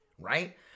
right